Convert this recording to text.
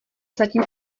zatím